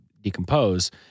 decompose